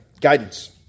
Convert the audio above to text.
guidance